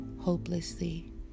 hopelessly